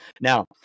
Now